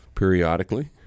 periodically